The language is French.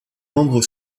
membre